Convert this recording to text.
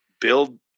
build